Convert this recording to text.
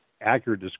accurate